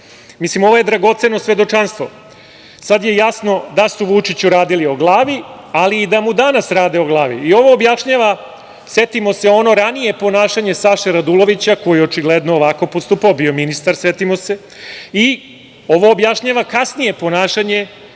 srce. Ovo je dragoceno svedočanstvo. Sada je jasno da su Vučiću radili o glavi, ali i da mu danas rade o glavi. Ovo objašnjava, setimo se, ono ranije ponašanje Saše Radulovića, koji je očigledno ovako postupao. Bio je ministar, setimo se. Ovo objašnjava kasnije ponašanje